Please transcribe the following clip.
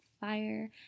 fire